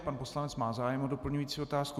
Pan poslanec má zájem o doplňující otázku.